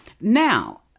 Now